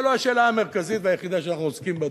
זו לא השאלה המרכזית והיחידה שאנחנו עוסקים בה,